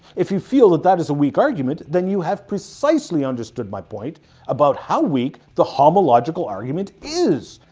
if you feel that that is a weak argument, then you have precisely understood my point about how weak the homological argument is.